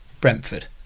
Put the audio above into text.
Brentford